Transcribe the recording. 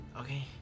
Okay